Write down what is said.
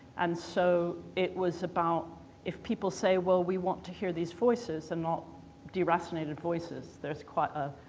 and so it was about if people say, well we want to hear these voices and not deracinated voices there's quite a,